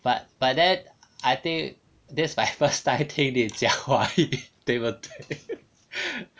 but but then I think this my first time 听你讲华语对不对